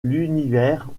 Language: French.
l’univers